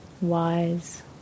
wise